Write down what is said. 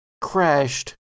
crashed